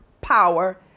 power